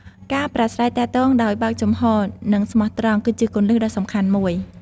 ការប្រាស្រ័យទាក់ទងដោយបើកចំហរ និងស្មោះត្រង់ គឺជាគន្លឹះដ៏សំខាន់មួយ។